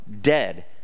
dead